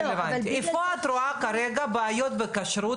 איפה את רואה כרגע בעיות בכשרות?